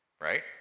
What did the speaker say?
Right